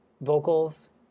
vocals